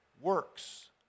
works